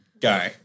Go